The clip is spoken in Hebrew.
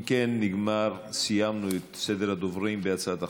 אם כן, נגמר, סיימנו את סדר הדוברים בהצעת החוק.